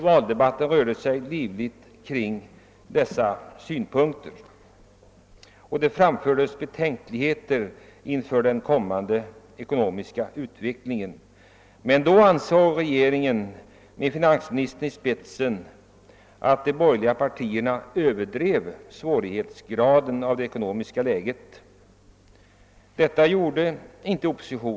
Valdebatten rörde sig kring dessa ekonomiska svårigheter, och det framfördes betänkligheter beträffande den kommande ekonomiska utvecklingen. Då ansåg emellertid regeringen med finansministern i spetsen att de borgerliga partierna överdrev de ekonomiska svårigheterna. Det gjorde inte oppositionen.